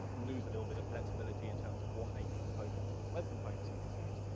lose a little bit of flexibility in terms of what native components and what web components you can use,